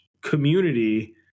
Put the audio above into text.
community